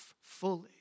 fully